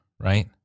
Right